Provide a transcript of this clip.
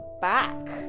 back